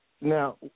Now